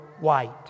white